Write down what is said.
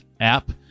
app